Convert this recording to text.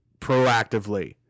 proactively